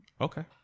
Okay